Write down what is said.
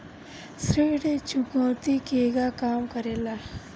ऋण चुकौती केगा काम करेले?